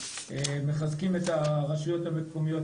מחזקים את הרשויות המקומיות,